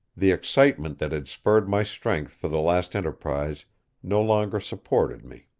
the excitement that had spurred my strength for the last enterprise no longer supported me.